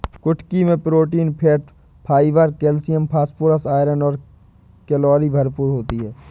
कुटकी मैं protein, fat, fibre, calcium, phosphorus, iron और कैलोरी भरपूर होती है